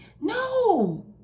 no